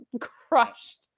crushed